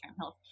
health